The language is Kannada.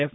ಎಫ್